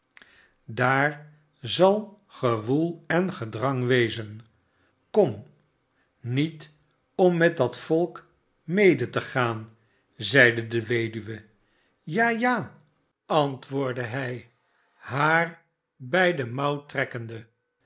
daar zal gewoel en gedrang wezen kom a niet om met dat volk mede te gaan zeide de weduwe ja ja antwoordde hij haar bij hare mouw trekkende